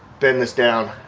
bend this down,